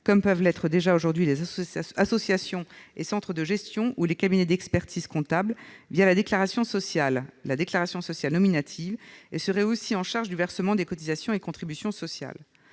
comme peuvent déjà l'être aujourd'hui les associations et centres de gestion ou les cabinets d'expertise comptable, la déclaration sociale nominative. Elles seraient aussi responsables du versement des cotisations et contributions sociales.